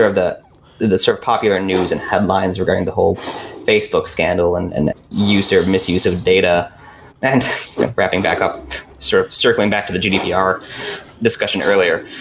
or the the sort of popular news and headlines regarding the whole facebook scandal, and and you serve misuse of data and wrapping back up sort of circling back to the gdpr discussion earlier,